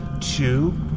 Two